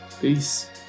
Peace